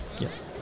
Yes